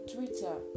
Twitter